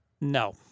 No